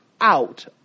out